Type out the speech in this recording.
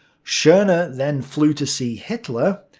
schorner then flew to see hitler,